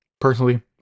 Personally